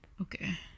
Okay